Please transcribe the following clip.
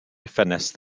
ffenest